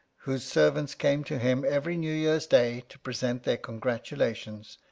whose servants came to him every new year's day to present their congratulations,